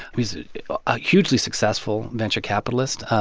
he's a hugely successful venture capitalist,